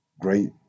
great